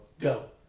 go